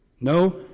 No